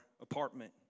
apartment